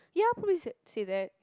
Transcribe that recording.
ya probably said say that